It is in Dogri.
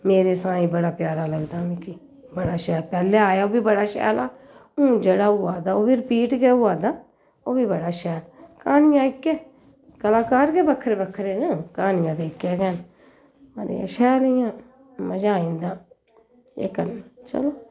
मेरे साईं बड़ा प्यारा लगदा मिगी बड़ा शैल पैह्लैं आया ओह् बी बड़ा शैल हा हून जेह्ड़ा होआ दा ओह् वी रपीट गै होआ दा ओह् बी बड़ा शैल कहानियां इक्कै कलाकार गै बक्खरे बक्खरे न कहानियां ते इक्कै गै न मतलब कि शैल इ'यां मजा आई जंदा केह् करना चलो